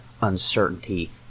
uncertainty